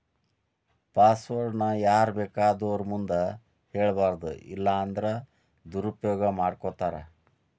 password ನ ಯಾರ್ಬೇಕಾದೊರ್ ಮುಂದ ಹೆಳ್ಬಾರದು ಇಲ್ಲನ್ದ್ರ ದುರುಪಯೊಗ ಮಾಡ್ಕೊತಾರ